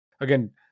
again